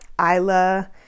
Isla